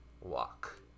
walk